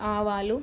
ఆవాలు